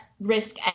risk